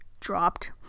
dropped